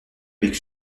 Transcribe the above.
avec